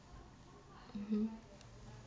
mmhmm